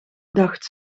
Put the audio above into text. dacht